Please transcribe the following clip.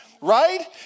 Right